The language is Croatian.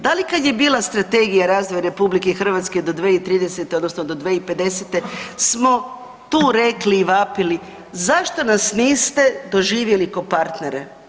Da li kada je bila Strategija razvoja RH do 2030. odnosno do 2050. smo tu rekli i vapili, zašto nas niste doživjeli kao partnere?